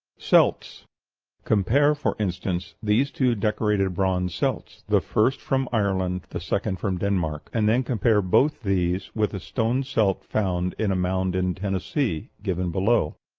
celts compare, for instance, these two decorated bronze celts, the first from ireland, the second from denmark and then compare both these with a stone celt found in a mound in tennessee, given below.